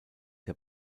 der